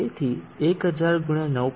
તેથી 1000 × 9